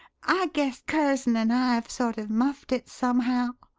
i guess curzon and i have sort of muffed it somehow!